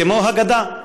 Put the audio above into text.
כמו הגדה,